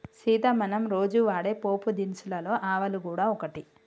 సీత మనం రోజు వాడే పోపు దినుసులలో ఆవాలు గూడ ఒకటి